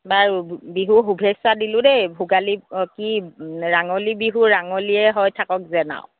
বাৰু বিহুৰ শুভেচ্ছা দিলোঁ দেই ভোগালী অহ্ কি ৰাঙলী বিহুৰ ৰাঙলীয়ে হৈ থাকক যেন আৰু